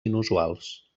inusuals